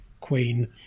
queen